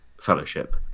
fellowship